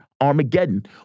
Armageddon